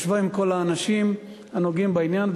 ישבה עם כל האנשים הנוגעים בעניין,